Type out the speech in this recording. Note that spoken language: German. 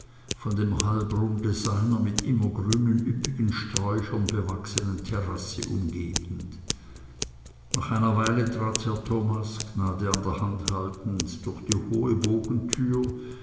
von dem halbrunde seiner mit immergrünen üppigen sträuchern bewachsenen terrasse umgeben nach einer weile trat herr thomas gnade an der hand haltend durch die hohe